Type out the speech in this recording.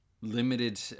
limited